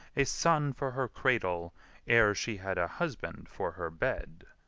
a son for her cradle ere she had a husband for her bed.